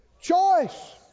choice